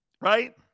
Right